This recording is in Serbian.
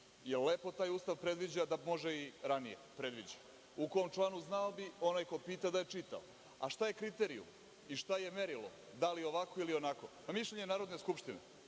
li lepo taj Ustav predviđa da može i ranije? Predviđa, u kom članu znao bi onaj ko pita da je čitao, a šta je kriterijum i šta je merilo da li ovako ili onako, pa mišljenje Narodne skupštine.